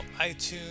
iTunes